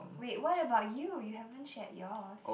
wait what about you you haven't shared yours